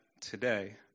today